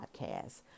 podcast